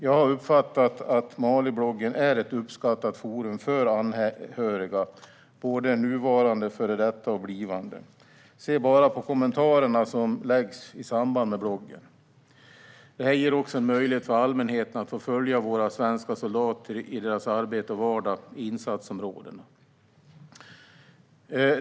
Jag har uppfattat att Malibloggen är ett uppskattat forum för anhöriga, såväl nuvarande som före detta och blivande. Se bara på de kommentarer som skrivs i samband med bloggen! Detta ger också en möjlighet för allmänheten att följa våra svenska soldater i deras arbete och vardag i insatsområden.